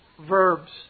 verbs